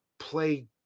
play